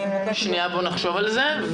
צריך לחשוב על זה.